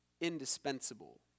indispensable